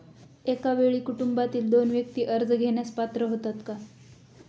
एका वेळी कुटुंबातील दोन व्यक्ती कर्ज घेण्यास पात्र होतात का?